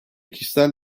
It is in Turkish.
kişisel